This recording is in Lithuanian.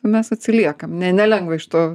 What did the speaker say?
mes atsiliekam ne nelengva iš to